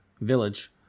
Village